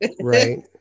Right